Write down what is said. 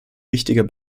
wichtiger